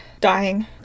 dying